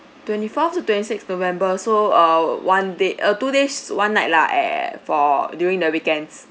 twenty fourth to twenty sixth november so err one day uh two days one night lah eh for during the weekends